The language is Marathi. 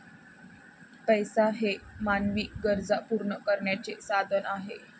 पैसा हे मानवी गरजा पूर्ण करण्याचे साधन आहे